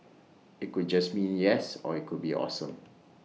IT could just mean yes or IT could be awesome